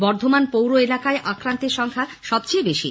বর্ধমান পৌর এলাকায় আক্রান্তের সংখ্যা সবচেয়ে বেশী